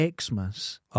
Xmas